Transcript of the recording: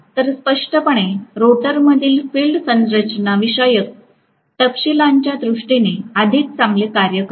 तर स्पष्टपणे रोटरमधील फील्ड संरचनेविषयक तपशीलांच्या दृष्टीने अधिक चांगले कार्य करते